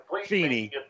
Feeney